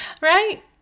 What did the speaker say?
right